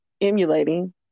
emulating